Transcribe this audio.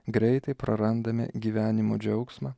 greitai prarandame gyvenimo džiaugsmą